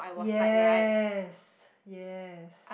yes yes